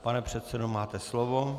Pane předsedo, máte slovo.